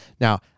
Now